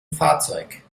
fahrzeug